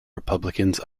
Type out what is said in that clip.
republicans